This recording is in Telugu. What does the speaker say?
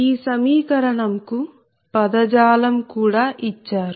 ఈ సమీకరణం కు పదజాలం కూడా ఇచ్చారు